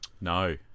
No